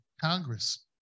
congress